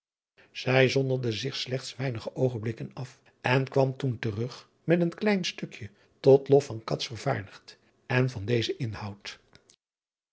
ij zonderde zich slechts weinige oogenblikaf en kwam toen terug met een klein stukje tot lof van vervaardigd en van dezen inhoud